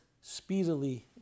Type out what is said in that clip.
speedily